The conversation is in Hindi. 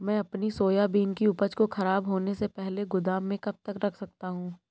मैं अपनी सोयाबीन की उपज को ख़राब होने से पहले गोदाम में कब तक रख सकता हूँ?